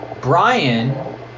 Brian